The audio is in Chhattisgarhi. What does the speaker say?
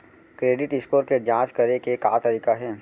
क्रेडिट स्कोर के जाँच करे के का तरीका हे?